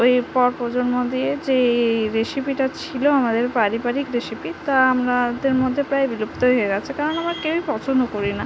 ওই পর প্রজন্ম দিয়ে যেই রেসিপিটা ছিল আমাদের পারিবারিক রেসিপি তা আমাদের মধ্যে প্রায় বিলুপ্তই হয়ে গেছে কারণ আমরা কেউই পছন্দ করি না